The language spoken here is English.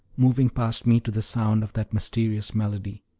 moving past me to the sound of that mysterious melody.